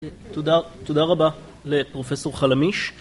תודה רבה לפרופסור חלמיש